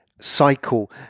cycle